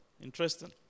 Interesting